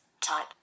Type